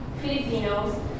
Filipinos